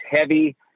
heavy